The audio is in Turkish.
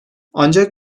ancak